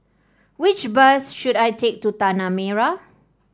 which bus should I take to Tanah Merah